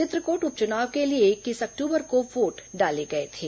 चित्रकोट उप चुनाव के लिए इक्कीस अक्टूबर को वोट डाले गए थे